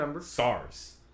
SARS